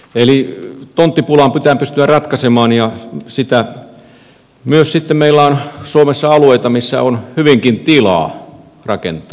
eli tonttipula pitää pystyä ratkaisemaan ja meillä on suomessa sitten myös alueita missä on hyvinkin tilaa rakentaa